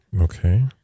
Okay